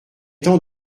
temps